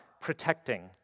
protecting